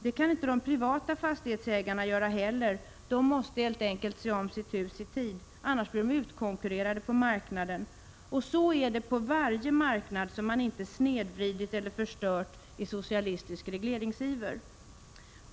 Det kan inte de privata fastighetsägarna heller göra. De måste helt enkelt se om sitt hus i tid. Annars blir de utkonkurrerade på marknaden. Och så är det på varje marknad som man inte snedvridit eller förstört i socialistisk regleringsiver.